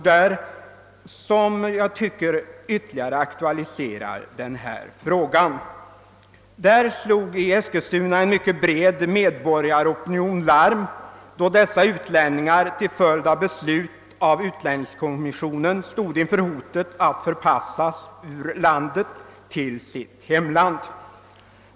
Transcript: Det fallet tycker jag aktualiserar denna fråga ytterligare. I Eskilstuna slog en mycket bred medborgaropinion larm, när dessa utlänningar till följd av beslut i utlänningskommissionen ställdes inför hotet att förpassas ur riket tillbaka till sitt hemland.